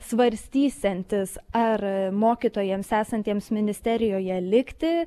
svarstysiantis ar mokytojams esantiems ministerijoje likti